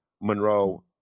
Monroe